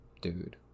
Dude